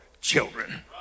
children